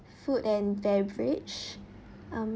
food and beverage um